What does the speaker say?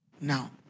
now